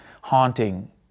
haunting